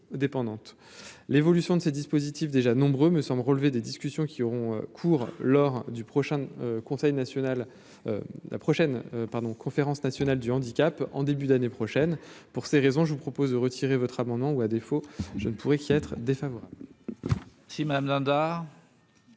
l'évolution de ces dispositifs déjà nombreux me semble relever des discussions qui auront cours lors du prochain conseil national la prochaine pardon conférence nationale du handicap en début d'année prochaine, pour ces raisons, je vous propose de retirer votre amendement ou à défaut je ne pourrait qu'être défavorable.